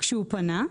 כשהוא פנה?